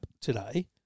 today